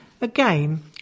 Again